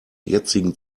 jetzigen